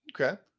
Okay